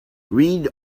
read